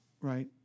right